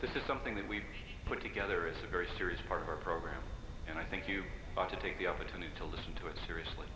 this is something that we've put together is a very serious part of our program and i think you ought to take the opportunity to listen to it seriously